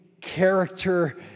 character